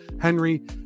Henry